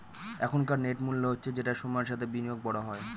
এখনকার নেট মূল্য হচ্ছে যেটা সময়ের সাথে বিনিয়োগে বড় হয়